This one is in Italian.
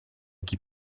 chi